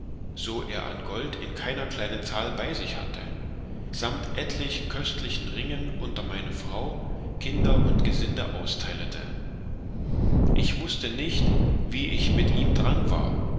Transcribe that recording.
so er an gold in keiner kleinen zahl bei sich hatte samt etlich köstlichen ringen unter meine frau kinder und gesinde austeilete ich wußte nicht wie ich mit ihm dran war